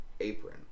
apron